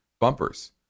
bumpers